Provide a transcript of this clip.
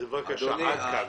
בבקשה, עד כאן.